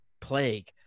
plague